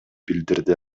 билдирди